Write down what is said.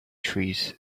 trees